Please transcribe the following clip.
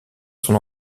son